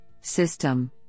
system